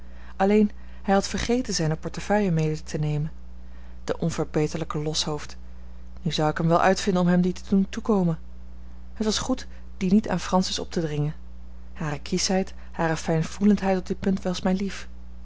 alleen hij had vergeten zijne portefeuille mede te nemen de onverbeterlijke loshoofd nu ik zou hem wel uitvinden om hem die te doen toekomen het was goed die niet aan francis op te dringen hare kieschheid hare fijnvoelendheid op dit punt was mij lief